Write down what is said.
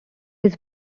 his